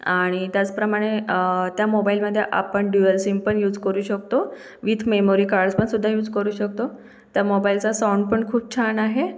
आणि त्याचप्रमाणे त्या मोबाईलमध्ये आपण ड्युअल सिम पण युज करू शकतो विथ मेमोरी कार्डपण सुद्धा युज करू शकतो त्या मोबाईलचा साउंड पण खूप छान आहे